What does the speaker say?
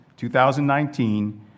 2019